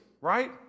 right